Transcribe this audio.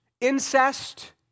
incest